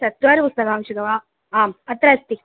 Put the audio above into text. चत्वारि पुस्तकानि आवश्यकानि वा आम् अत्र अस्ति